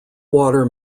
water